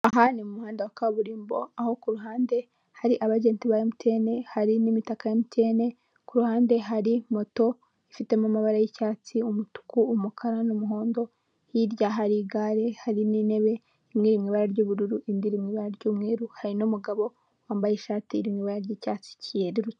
Aha ni mu muhanda wa kaburimbo aho kuruhande hariaba agati ba emuti eni hari n'imitaka imbere kuruhande, hari moto ifitemo amabara y'icyatsi, umutuku, umukara n'umuhondo. Hirya hari igare hari n'intebe imwe iri mu ibara ry'ubururu indi mu ibara ry'umweru hari n'umugabo wambaye ishati iri mu ibara ry: icyatsi cyerurutse.